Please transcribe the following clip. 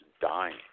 dying